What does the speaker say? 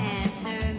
answer